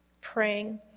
praying